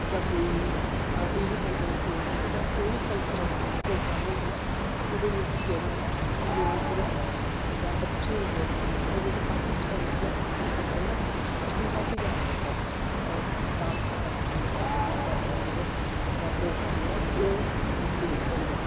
जां कोई Independence Day जा कोई बी कल्चरल प्रोग्राम होंदे नै ते ओह्दे बिच्च नै लोग जेह्ड़े नै बच्चे जेह्ड़ा जां पार्टीसपैंट ओह् केह् करदे नै पंजाबी गानें पर डांस करना पसंद करदे नै जां अपनें जेह्ड़े प्रोग्राम नै ओह् बेस होंदे नै